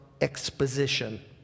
exposition